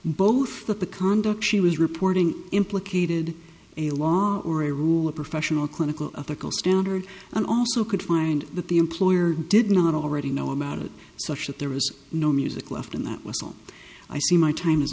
that the conduct she was reporting implicated a law or a rule a professional clinical of a standard and also could find that the employer did not already know about it such that there was no music left and that was all i see my time is